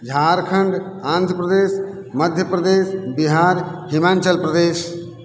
Jharkhand Andhra Pradesh Madhya Pradesh Bihar Himachal Pradesh